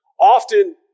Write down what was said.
often